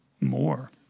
more